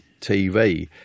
TV